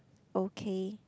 okay